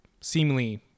seemingly